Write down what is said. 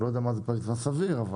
פגמיםהממונה לפי סעיף 49, או